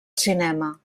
cinema